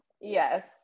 yes